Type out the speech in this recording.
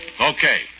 Okay